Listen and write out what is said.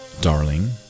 darling